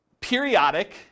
periodic